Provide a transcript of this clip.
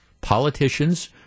politicians